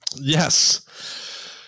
Yes